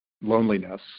loneliness